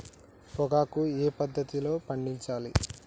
పొగాకు ఏ పద్ధతిలో పండించాలి?